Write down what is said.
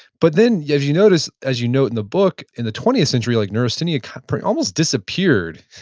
but then, yeah as you noticed as you note in the book, in the twentieth century like neurasthenia almost disappeared,